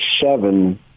seven